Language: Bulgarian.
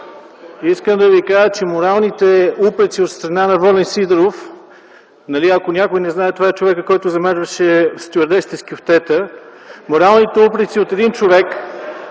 Искам да ви кажа обаче, че моралните упреци от страна на Волен Сидеров - ако някой не знае, това е човекът, който замерваше стюардесите с кюфтета - моралните упреци от един човек,